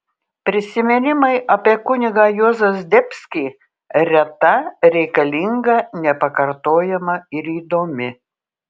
prisiminimai apie kunigą juozą zdebskį reta reikalinga nepakartojama ir įdomi